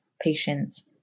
patience